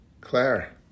Claire